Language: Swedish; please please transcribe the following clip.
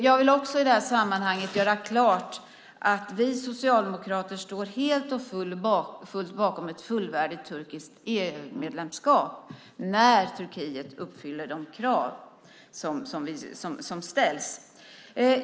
Jag vill i det här sammanhanget göra klart att vi socialdemokrater står helt och fullt bakom ett fullvärdigt turkiskt EU-medlemskap när Turkiet uppfyller de krav som ställs.